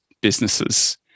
businesses